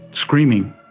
screaming